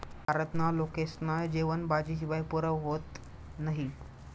भारतना लोकेस्ना जेवन भाजी शिवाय पुरं व्हतं नही